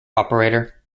operator